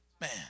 man